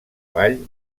ball